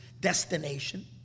destination